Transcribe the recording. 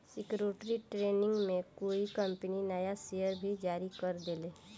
security training में कोई company नया शेयर भी जारी कर देले